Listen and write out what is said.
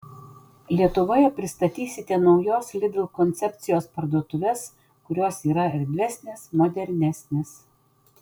lietuvoje pristatysite naujos lidl koncepcijos parduotuves kurios yra erdvesnės modernesnės